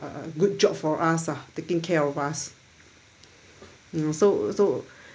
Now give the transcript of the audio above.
a a good job for us ah taking care of us you know so so